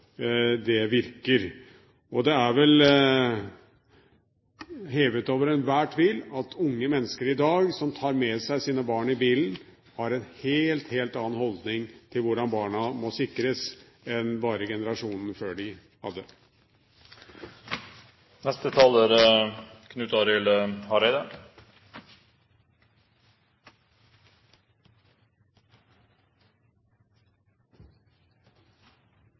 virker. Det er vel hevet over enhver tvil at unge mennesker i dag som tar med seg sine barn i bilen, har en helt annen holdning til hvordan barna må sikres, enn bare generasjonen før dem hadde.